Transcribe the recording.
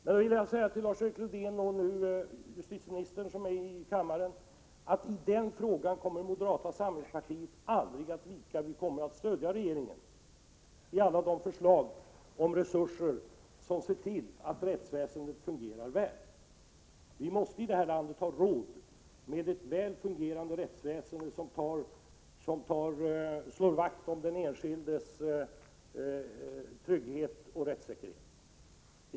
Jag vill säga till Lars-Erik Lövdén och även till justitieministern, som nu är i kammaren, att moderata samlingspartiet aldrig kommer att vika i den frågan, utan vi kommer att stödja regeringen i alla de förslag om resurser som medför att rättsväsendet fungerar väl. Vi måste i detta land ha råd med ett väl fungerande rättsväsende, som slår vakt om den enskildes trygghet och rättssäkerhet.